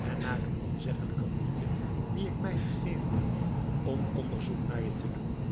en na de onzeggelijke moeite die ik mij gegeven heb om onderzoek naar je te doen